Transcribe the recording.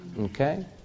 Okay